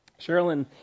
Sherilyn